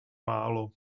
málo